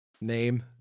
name